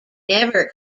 never